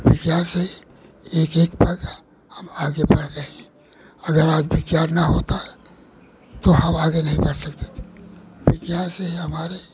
विज्ञान से ही एक एक पग हम आगे बढ़ रहे हैं अगर आज विज्ञान न होता तो हम आगे नहीं बढ़ सकते थे विज्ञान से ही हमारे